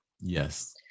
Yes